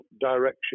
direction